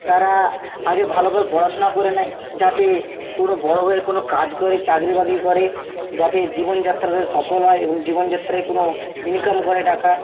তারা আগে ভালোভাবে পড়াশুনা করে নেয় যাতে কোনো বড়ো হয়ে কাজ করে চাকরি বাকরি করে যাতে জীবনযাত্রা তাদের সফল হয় এবং জীবনযাত্রায় কোনো ইনকাম করে টাকা